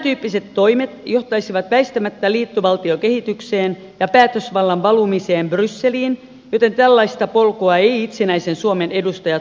tämäntyyppiset toimet johtaisivat väistämättä liittovaltiokehitykseen ja päätösvallan valumiseen brysseliin joten tällaista polkua eivät itsenäisen suomen edustajat voi valita